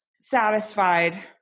satisfied